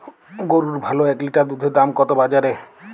গরুর ভালো এক লিটার দুধের দাম কত বাজারে?